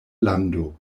lando